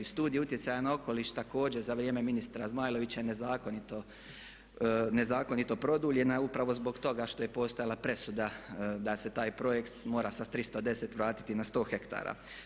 Studija utjecaja na okoliš također za vrijeme ministra Zmajlovića je nezakonito produljena upravo zbog toga što je postojala presuda da se taj projekt mora sa 310 vratiti na 100 hektara.